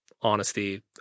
honesty